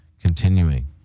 continuing